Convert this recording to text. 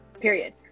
period